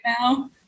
now